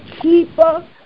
keeper